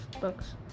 books